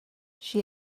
she